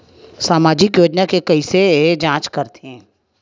सामाजिक योजना के कइसे जांच करथे?